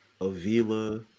Avila